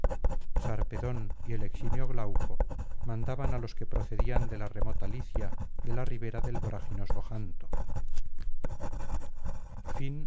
sarpedón y el eximio glauco mandaban á los que procedían de la remota licia de la ribera del voraginoso janto